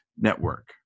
network